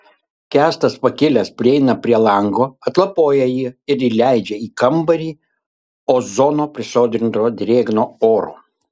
kęstas pakilęs prieina prie lango atlapoja jį ir įleidžia į kambarį ozono prisodrinto drėgno oro